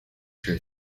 your